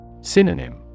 Synonym